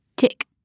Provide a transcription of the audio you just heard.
Tick